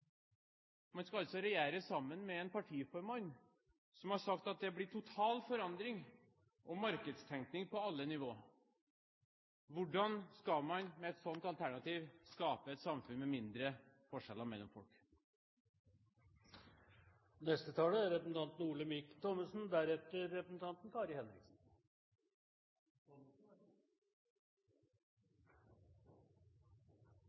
Man skal altså regjere sammen med en partiformann som har sagt at det blir total forandring og markedstenkning på alle nivåer. Hvordan skal man med et slikt alternativ skape et samfunn med mindre forskjeller mellom folk? Høyre er